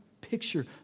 picture